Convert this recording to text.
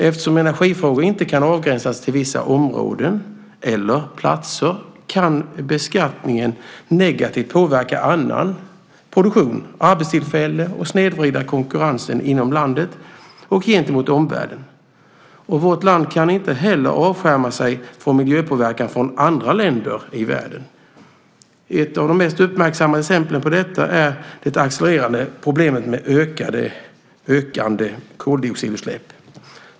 Eftersom energifrågor inte kan avgränsas till vissa områden eller platser kan beskattningen negativt påverka annan produktion och arbetstillfällen och snedvrida konkurrensen inom landet och gentemot omvärlden. Vårt land kan inte heller avskärma sig från miljöpåverkan från andra länder i världen. Ett av de mest uppmärksammade exemplen på detta är det accelererande problemet med ökande koldioxidutsläpp.